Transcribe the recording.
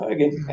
Again